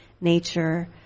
nature